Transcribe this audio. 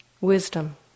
wisdom